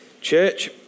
Church